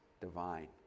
divine